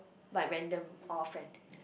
by random all friend